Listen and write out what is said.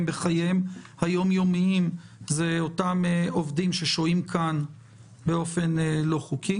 בחיי היום יום הם אותם עובדים ששוהים כאן באופן לא חוקי.